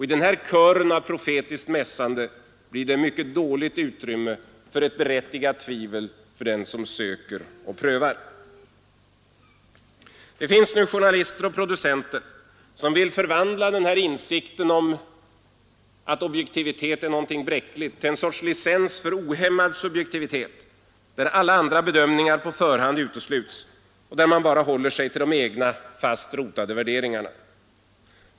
I denna kör av profetiskt mässande blir det mycket dåligt utrymme för ett berättigat tvivel för den som söker och prövar. En del journalister och producenter vill förvandla insikten om objektivitetens bräcklighet till en sorts licens för ohämmad subjektivitet, där alla andra bedömningar på förhand utesluts och där man bara håller sig till de egna fast rotade värderingarna.